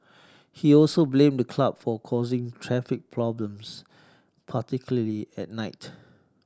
he also blamed the club for causing traffic problems particularly at night